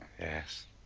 yes